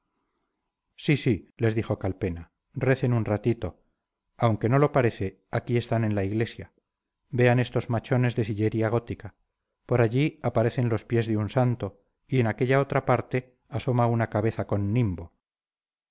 les dijo calpena recen un ratito aunque no lo parece aquí están en la iglesia vean estos machones de sillería gótica por allí aparecen los pies de un santo y en aquella otra parte asoma una cabeza con nimbo